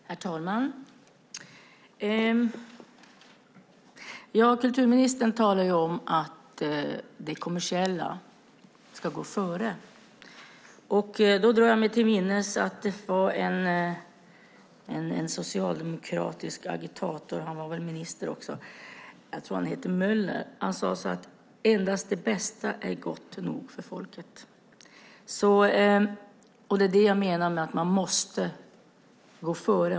Herr talman! Kulturministern talar om att det kommersiella ska gå före. Jag drar mig till minnes att en socialdemokratisk agitator - han var väl minister också - som jag tror hette Möller. Han sade: Endast det bästa är gott nog för folket. Det är det jag menar med att man måste gå före.